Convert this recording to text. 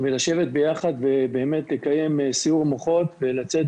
לשבת ביחד ולקיים סיעור מוחות ולצאת